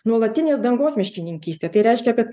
nuolatinės dangos miškininkystė tai reiškia kad